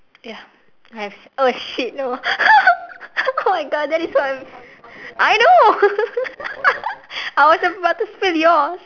ya I have oh shit no oh my god there is one I know I was about to spill yours